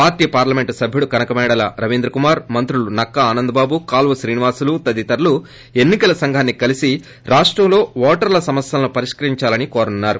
party parliament సభ్యుడు కనకమేడల రవీంద్రకుమార్ మంత్రులు నక్కా ఆనంద్బాబు కాలవ శ్రీనివాసులు తదితరులు ఎన్నికల సంఘాన్ని కలిసి రాష్టంలో ఓటర్ల సమస్యను పరిష్కరించాలని కోరనున్నారు